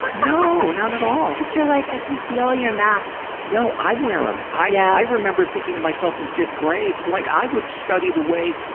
no, not at all! cause you're like, i can see all your masks. no, i wear um em. yeah i remember thinking to myself in fifth grade like, i would study the way,